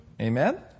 Amen